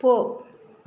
போ